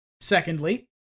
Secondly